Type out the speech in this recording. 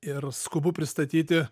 ir skubu pristatyti